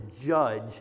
judge